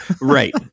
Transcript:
Right